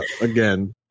again